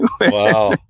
Wow